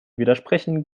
widersprechen